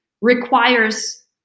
requires